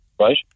right